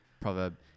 Proverb